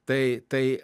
tai tai